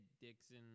Dixon